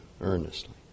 earnestly